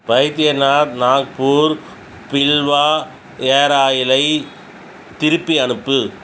Baidyanath Nagpur Bilwa hair ஆயிலை திருப்பி அனுப்பு